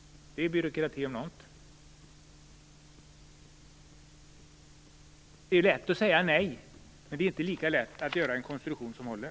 Det är byråkrati om något. Det är lätt att säga nej, men det är inte lika lätt att göra en konstruktion som håller.